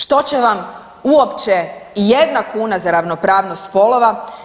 Što će vam uopće i jedna kuna za ravnopravnost spolova.